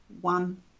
One